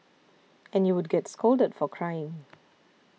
and you would get scolded for crying